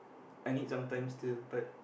I need some time still but